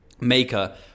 maker